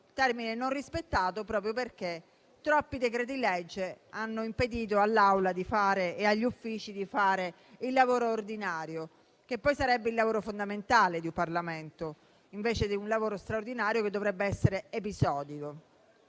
termine non rispettato proprio perché troppi decreti-legge hanno impedito all'Assemblea e agli uffici di fare il lavoro ordinario, che poi sarebbe quello fondamentale di un Parlamento, invece di un lavoro straordinario, che dovrebbe essere episodico.